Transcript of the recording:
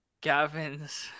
Gavin's